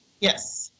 yes